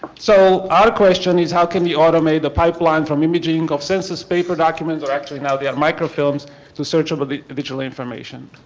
so our question is how can you automate the pipeline from imagined of census paper documents or actually now they are micro films to searchable digital information?